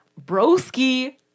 Broski